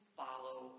follow